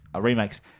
remakes